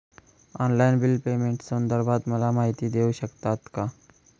Online bill पेमेंटसंदर्भात मला माहिती देऊ शकतात का?